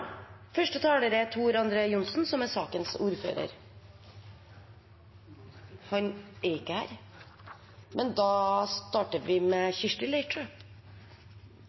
Tor André Johnsen, er ikke til stede. Da starter vi med representanten Kirsti Leirtrø.